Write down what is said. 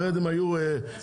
אחרת הם היו זה?